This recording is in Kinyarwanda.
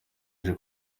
aje